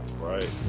Right